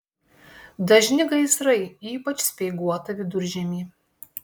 dažni gaisrai ypač speiguotą viduržiemį